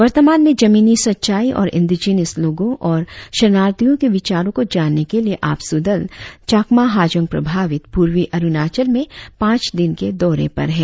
वर्तमान में जमीनी सच्चाई और इंडिजिनियश लोगों और शरणार्थियों के विचारों को जानने के लिए आपसू दल चकमा हाजोंग प्रभावित पूर्वी अरुणाचल में पांच दिन के दौरे पर है